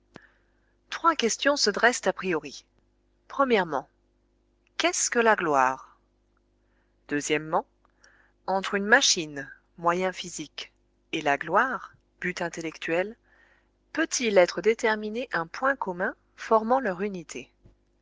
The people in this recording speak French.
trois questions se dressent a priori quest ce que la gloire entre une machine moyen physique et la gloire but intellectuel peut-il être déterminé un point commun formant leur unité